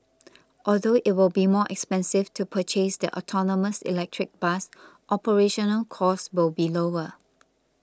although it will be more expensive to purchase the autonomous electric bus operational costs will be lower